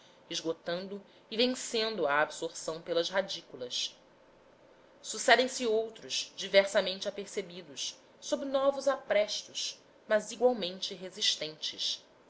esgotando e vencendo a absorção pelas radículas sucedem se outros diversamente apercebidos sob novos aprestos mas igualmente resistentes